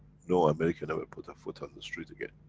no american ever put a foot on the street again.